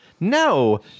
No